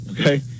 okay